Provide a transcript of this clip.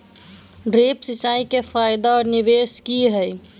Drip सिंचाई के फायदे और निवेस कि हैय?